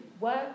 work